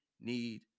need